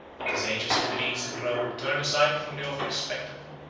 but the sages of greece and rome turned aside from the awful spectacle,